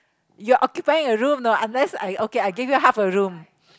you're occupying a room know unless I okay I give you half a room